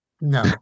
No